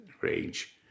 range